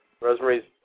Rosemary's